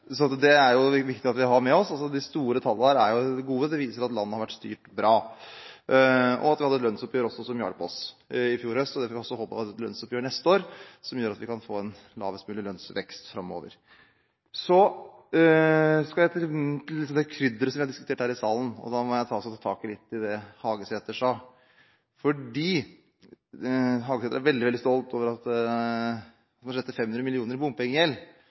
så det er det viktig at vi har med oss. De store tallene er gode, det viser at landet har vært styrt bra, og at vi også hadde et lønnsoppgjør som hjalp oss i fjor høst. Vi får også håpe at vi får et lønnsoppgjør neste år som gjør at vi kan få en lavest mulig lønnsvekst framover. Så skal jeg til det krydderet som er diskutert her i salen. Da må jeg ta litt tak i det representanten Hagesæter sa, fordi han er veldig, veldig stolt over at man sletter 500 mill. kr i bompengegjeld.